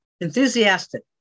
Enthusiastic